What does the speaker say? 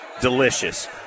delicious